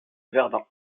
verdun